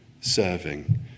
serving